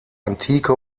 antike